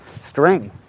string